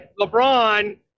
LeBron